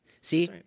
See